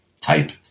type